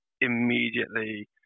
immediately